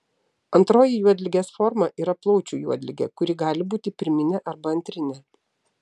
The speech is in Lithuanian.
antroji juodligės forma yra plaučių juodligė kuri gali būti pirminė arba antrinė